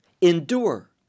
endure